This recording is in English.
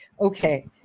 Okay